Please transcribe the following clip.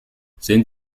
sind